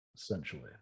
essentially